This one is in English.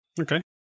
Okay